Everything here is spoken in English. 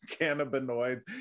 cannabinoids